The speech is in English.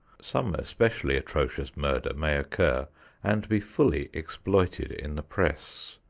some especially atrocious murder may occur and be fully exploited in the press.